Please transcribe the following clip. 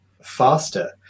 faster